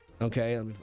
Okay